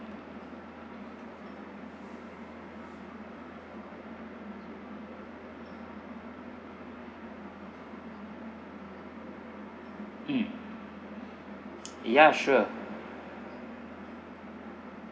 mm ya sure